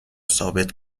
ثابت